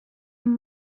and